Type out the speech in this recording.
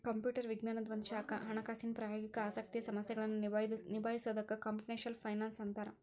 computer ವಿಜ್ಞಾನದ್ ಒಂದ ಶಾಖಾ ಹಣಕಾಸಿನ್ ಪ್ರಾಯೋಗಿಕ ಆಸಕ್ತಿಯ ಸಮಸ್ಯೆಗಳನ್ನ ನಿಭಾಯಿಸೊದಕ್ಕ ಕ್ಂಪುಟೆಷ್ನಲ್ ಫೈನಾನ್ಸ್ ಅಂತ್ತಾರ